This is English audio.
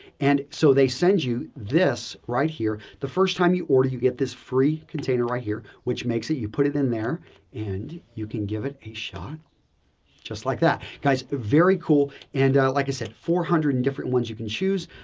and so, they send you this right here. the first time you order, you get this free container right here which makes it you put it in there and you can give it a shot just like that. guys, very cool and like i said four hundred and different ones you can choose.